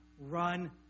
run